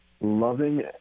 loving